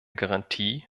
garantie